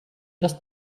das